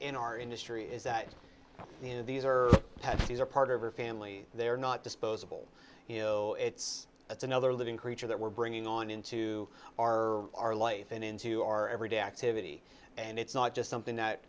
in our industry is that you know these are these are part of our family they're not disposable you know it's it's another living creature that we're bringing on into our our life and into our everyday activity and it's not just something that